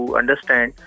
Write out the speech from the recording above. understand